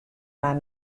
mar